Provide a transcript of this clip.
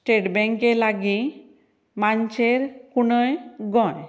state बँके लागीं मानशेर कुंडय गोंय